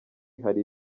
hari